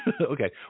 Okay